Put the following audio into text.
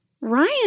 Ryan